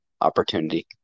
opportunity